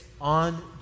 on